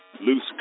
Loose